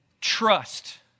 Trust